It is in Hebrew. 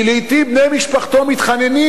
שלעתים בני משפחתו מתחננים: